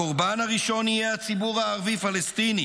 הקורבן הראשון יהיה הציבור הערבי-פלסטיני,